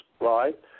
right